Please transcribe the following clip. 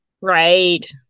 right